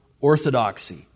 orthodoxy